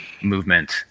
movement